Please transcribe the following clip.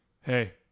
Hey